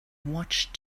watched